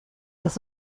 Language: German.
das